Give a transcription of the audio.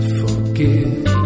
forgive